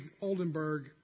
Oldenburg